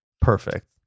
perfect